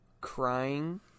crying